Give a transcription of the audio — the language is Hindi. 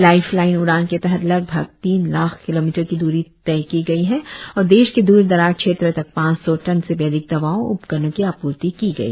लाइफलाइन उड़ान के तहत लगभग तीन लाख किलोमीटर की द्री तय की गई और देश के द्र दराज क्षेत्र तक पांच सौ टन से भी अधिक दवाओं और उपकरणों की आपूर्ति की गई